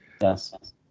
Yes